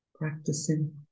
practicing